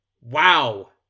Wow